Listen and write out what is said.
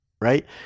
right